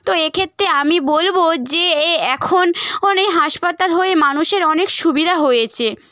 তো এক্ষেত্রে আমি বলব যে এ এখন অনেক হাঁসপাতাল হয়ে মানুষের অনেক সুবিধা হয়েছে